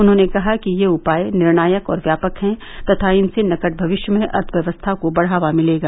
उन्होंने कहा कि ये उपाय निर्णायक और व्यापक हैं तथा इनसे निकट भविष्य में अर्थव्यवस्था को बढ़ावा मिलेगा